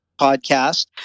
podcast